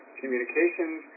communications